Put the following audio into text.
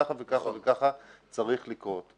ככה ככה וככה צריך לקרות".